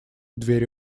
двери